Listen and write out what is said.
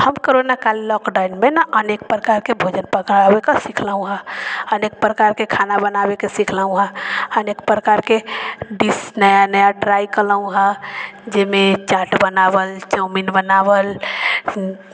हम करोना काल लॉकडाउनमे ने अनेक प्रकारके भोजन पकाबैके सिखलहुँ हँ अनेक प्रकारके खाना बनाबैके सिखलहुँ हँ अनेक प्रकारके डिश नया नया ट्राइ केलहुँ हँ जाहिमे चाट बनावल चाउमीन बनावल